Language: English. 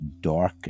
dark